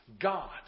God